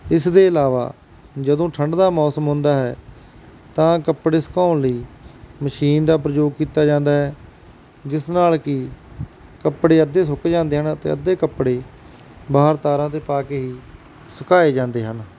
ਇਸ ਦੇ ਇਲਾਵਾ ਜਦੋਂ ਠੰਡ ਦਾ ਮੌਸਮ ਹੁੰਦਾ ਹੈ ਤਾਂ ਕੱਪੜੇ ਸੁਕਾਉਣ ਲਈ ਮਸ਼ੀਨ ਦਾ ਪ੍ਰਯੋਗ ਕੀਤਾ ਜਾਂਦਾ ਹੈ ਜਿਸ ਨਾਲ ਕਿ ਕੱਪੜੇ ਅੱਧੇ ਸੁੱਕ ਜਾਂਦੇ ਹਨ ਅਤੇ ਅੱਧੇ ਕੱਪੜੇ ਬਾਹਰ ਤਾਰਾਂ 'ਤੇ ਪਾ ਕੇ ਹੀ ਸੁਕਾਏ ਜਾਂਦੇ ਹਨ